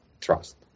trust